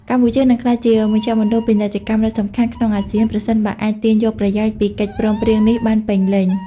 កម្ពុជានឹងក្លាយជាមជ្ឈមណ្ឌលពាណិជ្ជកម្មដ៏សំខាន់ក្នុងអាស៊ាន ប្រសិនបើអាចទាញយកប្រយោជន៍ពីកិច្ចព្រមព្រៀងនេះបានពេញលេញ។